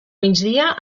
migdia